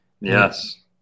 Yes